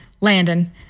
Landon